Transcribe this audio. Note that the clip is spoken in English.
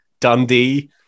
Dundee